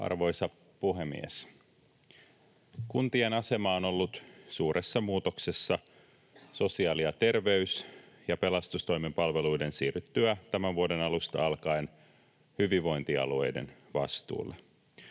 Arvoisa puhemies! Kuntien asema on ollut suuressa muutoksessa sosiaali- ja terveys- ja pelastustoimen palveluiden siirryttyä tämän vuoden alusta alkaen hyvinvointialueiden vastuulle.